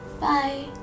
Bye